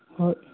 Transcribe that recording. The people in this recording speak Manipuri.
ꯍꯣꯏ